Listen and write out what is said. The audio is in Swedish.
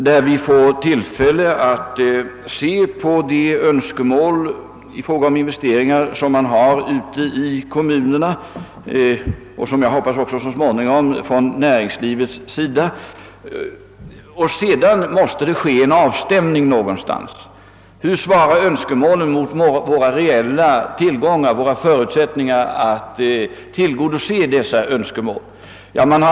Där får vi tillfälle att behandla de investeringsönskemål man har ute i kommunerna — så småningom också inom näringslivet, hoppas jag — och sedan måste det någonstans ske en avstämning. Vi får se hur önskemålen svarar mot de reella tillgångarna och hurudana våra förutsättningar är att tillgodose önskemålen.